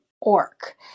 orc